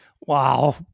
Wow